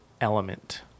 element